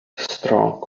strong